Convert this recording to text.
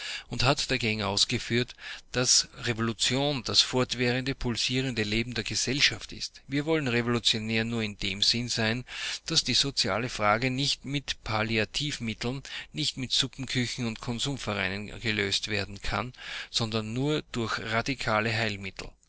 und hat dagegen ausgeführt daß revolution das fortwährend pulsierende leben der gesellschaft ist wir wollen revolutionär nur in dem sinne sein daß die soziale frage nicht mit palliativmitteln nicht mit suppenküchen und konsumvereinen gelöst werden kann sondern nur durch radikale heilmittel